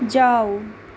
जाऊ